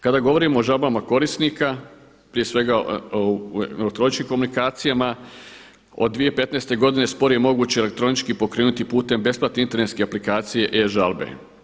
Kada govorimo o žalbama korisnika prije svega o elektroničkim komunikacijama od 2015. godine spor je moguće elektronički pokrenuti putem besplatne elektronske aplikacije e-žalbe.